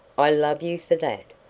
i love you for that.